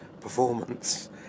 performance